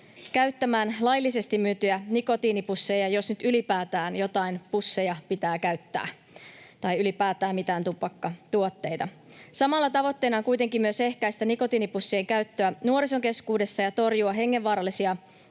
käyttämään laillisesti myytyjä nikotiinipusseja — jos nyt ylipäätään joitain pusseja pitää käyttää tai ylipäätään mitään tupakkatuotteita. Samalla tavoitteena on kuitenkin myös ehkäistä nikotiinipussien käyttöä nuorison keskuudessa ja torjua hengenvaarallisia